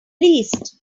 least